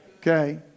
Okay